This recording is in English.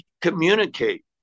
communicate